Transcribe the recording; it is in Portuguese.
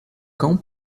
cão